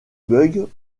bugs